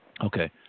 Okay